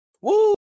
Woo